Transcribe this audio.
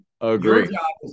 Agree